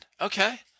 Okay